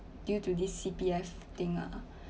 due to this C_P_F thing ah